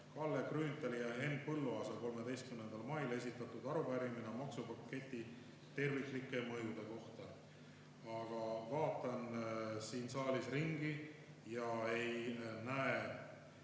Kalle Grünthali ja Henn Põlluaasa 13. mail esitatud arupärimine maksupaketi terviklike mõjude kohta. Aga vaatan siin saalis ringi ja ei näe